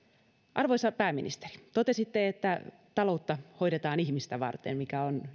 arvoisa pääministeri totesitte että taloutta hoidetaan ihmistä varten mikä